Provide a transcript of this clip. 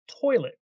toilet